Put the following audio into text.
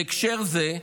בהקשר זה,